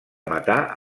matar